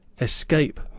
ESCAPE